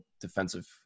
defensive –